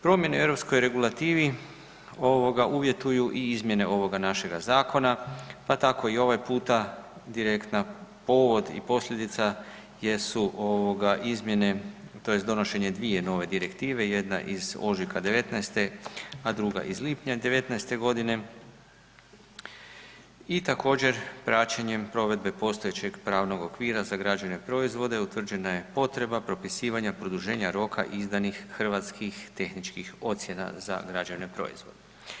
Promjene u europskoj regulativi, ovoga, uvjetuju i izmjene ovoga našega Zakona, pa tako i ovaj puta direktna povod i posljedica jesu, ovoga, izmjene to jest donošenje dvije nove Direktive, jedna iz ožujka 2019.-te, a druga iz lipnja 2019.-te godine, i također praćenjem provedbe postojećeg pravnog okvira za građevne proizvode utvrđena je potreba propisivanja produženja roka izdanih hrvatskih tehničkih ocjena za građevne proizvode.